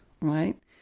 right